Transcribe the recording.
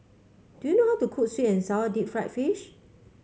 do you know how to cook sweet and sour Deep Fried Fish